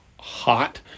hot